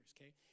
okay